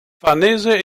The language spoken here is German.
farnese